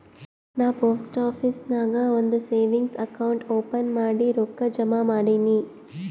ನಾ post office ನಾಗ್ ಒಂದ್ ಸೇವಿಂಗ್ಸ್ ಅಕೌಂಟ್ ಓಪನ್ ಮಾಡಿ ರೊಕ್ಕಾ ಜಮಾ ಮಾಡಿನಿ